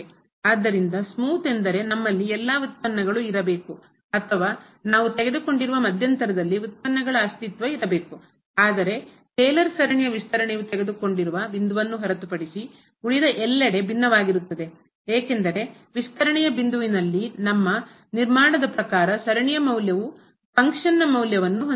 ಆದ್ದರಿಂದ ಸ್ಮೂತ್ ನಯವಾದ ಎಂದರೆ ನಮ್ಮಲ್ಲಿ ಎಲ್ಲಾ ವ್ಯುತ್ಪನ್ನಗಳು ಇರಬೇಕು ಅಥವಾ ನಾವು ತೆಗೆದುಕೊಂಡಿರುವ ಮಧ್ಯಂತರದಲ್ಲಿ ವ್ಯುತ್ಪನ್ನಗಳ ಅಸ್ತಿತ್ವ ಇರಬೇಕು ಆದರೆ ಟೇಲರ್ ಸರಣಿಯ ವಿಸ್ತರಣೆಯು ತೆಗೆದುಕೊಂಡಿರುವ ಬಿಂದುವನ್ನು ಹೊರತುಪಡಿಸಿ ಉಳಿದ ಎಲ್ಲೆಡೆ ಭಿನ್ನವಾಗಿರುತ್ತದೆ ಏಕೆಂದರೆ ವಿಸ್ತರಣೆಯ ಬಿಂದುವಿನಲ್ಲಿ ನಮ್ಮ ನಿರ್ಮಾಣದ ಪ್ರಕಾರ ಸರಣಿಯ ಮೌಲ್ಯವು ಫಂಕ್ಷನ್ನ ಕಾರ್ಯದ ಮೌಲ್ಯವನ್ನು ಹೊಂದಿರುತ್ತದೆ